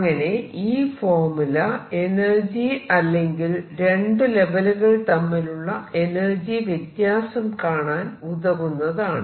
അങ്ങനെ ഈ formula energy അല്ലെങ്കിൽ രണ്ടു ലെവലുകൾ തമ്മിലുള്ള എനർജി വ്യത്യാസം കാണാൻ ഉതകുന്നതാണ്